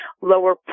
lower